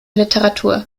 literatur